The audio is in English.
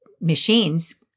machines